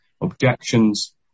objections